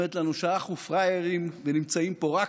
אומרת לנו שאנחנו פראיירים ונמצאים פה רק